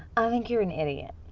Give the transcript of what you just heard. i think you're an idiot.